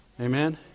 Amen